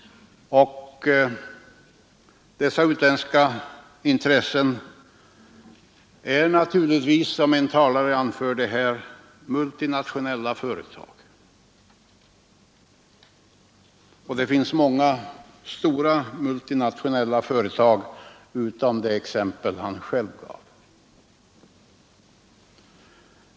Dessa utländska intressen är naturligtvis, som en talare anförde multinationella företag, och det finns många stora multinationella företag utom det exempel han själv gav.